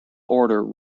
order